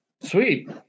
Sweet